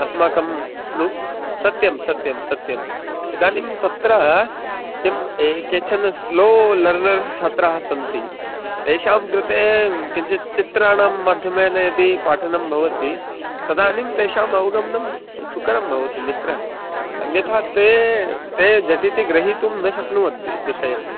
अस्माकं नु सत्यं सत्यं सत्यम् इदानीं तत्र किं केचन स्लो लर्नर् छात्राः सन्ति तेषां कृते किञ्चित् चित्राणाम् माध्यमेन यदि पाठनं भवति तदानीं तेषाम् अवगमनं सुकरं भवति मित्र अन्यथा ते ते झटिति ग्रहीतुं न शक्नुवन्ति विषयं